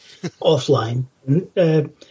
offline